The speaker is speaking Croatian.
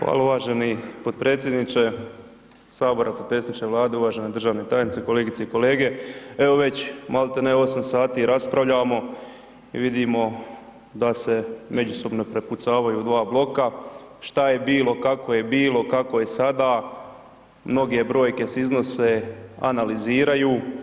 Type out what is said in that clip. Hvala uvaženi potpredsjedniče HS, potpredsjedniče Vlade, uvažena državna tajnice, kolegice i kolege, evo već malte ne 8 sati raspravljamo i vidimo da se međusobno prepucavaju dva bloka, šta je bilo, kako je bilo, kako je sada, mnoge brojke se iznose, analiziraju.